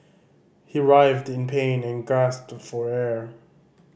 he writhed in pain and gasped for air